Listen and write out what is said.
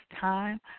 time